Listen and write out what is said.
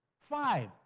Five